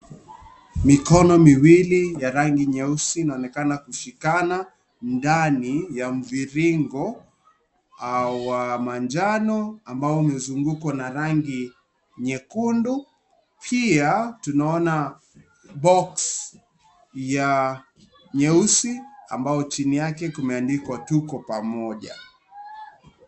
Mikono miwili ya rangi nyeusi inaonekana kushikana ndani ya mviringo wa manjano, ambao umezungukwa na rangi nyekundu, pia tunaona box ya nyeusi ambao chini yake kumeandikwa tuko pamoja.